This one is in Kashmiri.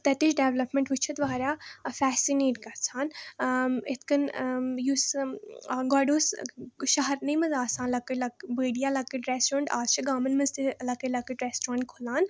تَتِچ ڈیٚولَپمیٚنٛٹ وُچھِتھ واریاہ فیسِنیٹ گَژھان ٲں یِتھ کٔنۍ ٲں یُس گۄڈٕ اوس شَہرنٕے منٛز آسان لَکٕٹۍ لَک بٔڑۍ یا لَکٕٹۍ ریٚسٹورَنٛٹ آز چھِ گامَن منٛز تہِ لَکٕٹۍ لَکٕٹۍ ریٚسٹورَنٛٹ کھُلان